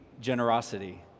generosity